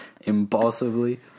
impulsively